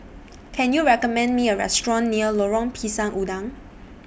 Can YOU recommend Me A Restaurant near Lorong Pisang Udang